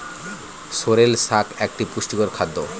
sorrel শাক একটি পুষ্টিকর খাদ্য